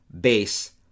base